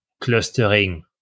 clustering